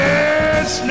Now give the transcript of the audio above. Yes